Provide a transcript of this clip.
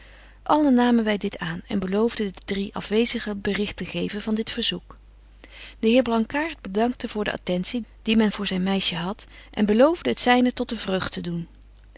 allen namen wy dit aan en beloofden de drie afwezigen berigt te geven van dit verzoek de heer blankaart bedankte voor de attentie die men voor zyn meisje hadt en beloofde het zyne tot de vreugd te doen